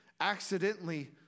accidentally